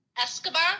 Escobar